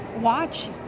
watch